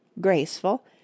graceful